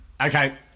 Okay